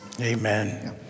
Amen